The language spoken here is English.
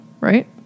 right